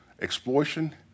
exploitation